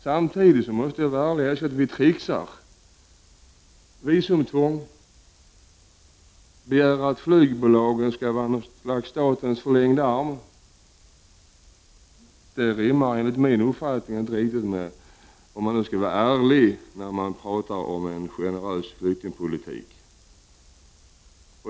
Samtidigt måste jag ärligt erkänna att vi tricksar — visumtvång och begäran att flygbolagen skall vara ”statens förlängda arm” rimmar enligt min uppfattning inte med talet om en generös flyktingpolitik.